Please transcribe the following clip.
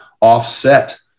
offset